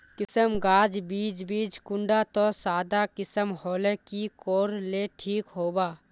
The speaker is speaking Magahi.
किसम गाज बीज बीज कुंडा त सादा किसम होले की कोर ले ठीक होबा?